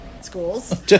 schools